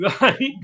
Right